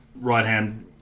right-hand